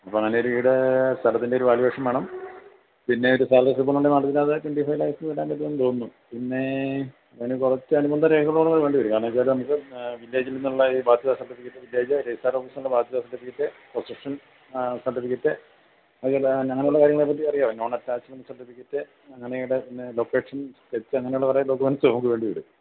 അപ്പോൾ അങ്ങനെ ഒരു ഈട് സ്ഥലത്തിൻ്റെ ഒരു വാല്യുവേഷൻ വേണം പിന്നെ ഒരു സാലറി സ്ലിപ്പ് ഉണ്ടെങ്കിൽ മാഡത്തിന് അത് ട്വൻറ്റി ഫൈവ് ലാക്സ് ഇടാൻ പറ്റുമെന്ന് തോന്നുന്നു പിന്നെ അതിന് കുറച്ച് അനുബന്ധരേഖകൾ കൂടെ വേണ്ടിവരും കാരണമെന്നു വച്ചാൽ നമുക്ക് വില്ലേജിൽ നിന്നുള്ള ബാധ്യത സർട്ടിഫിക്കറ്റ് വില്ലേജ് രജിസ്റ്റർ ഓഫീസിൽ നിന്ന് ബാധ്യത സർട്ടിഫിക്കറ്റ് പൊസഷൻ സർട്ടിഫിക്കറ്റ് അങ്ങനെയുള്ള കാര്യങ്ങളെ പറ്റി അറിയാമോ നോൺ അറ്റാച്ച്മെൻ്റ സർട്ടിഫിക്കറ്റ് അങ്ങനെ ഉള്ള ലൊക്കേഷൻ സ്കെച്ച് അങ്ങനെയുള്ള കുറെ ഡോക്യുമെൻ്റസ് നമുക്ക് വേണ്ടി വരും